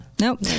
Nope